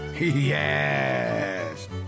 yes